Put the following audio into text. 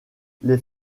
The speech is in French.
les